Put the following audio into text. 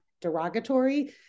derogatory